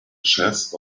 chest